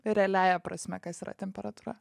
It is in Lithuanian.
realiąja prasme kas yra temperatūra